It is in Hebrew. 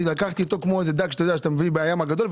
שלקחת אותו כמו איזה דג שאתה מביא בים הגדול.